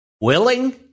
willing